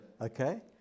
okay